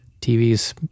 TV's